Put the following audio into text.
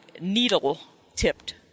needle-tipped